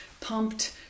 pumped